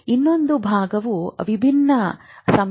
ಇನ್ನೊಂದು ಭಾಗವು ವಿಭಿನ್ನ ಸಂಯೋಜನೆಗಳನ್ನು ಹೊಂದಿರುತ್ತದೆ